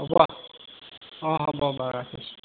হ'ব অঁ হ'ব বাৰু ৰাখিছোঁ